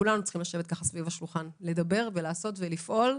כולם צריכים לשבת סביב השולחן, לדבר לעשות ולפעול.